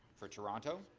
for toronto,